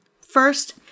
First